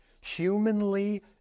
Humanly